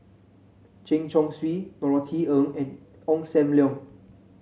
Chen Chong Swee Norothy Ng and Ong Sam Leong